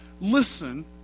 listen